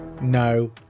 No